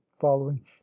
following